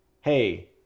hey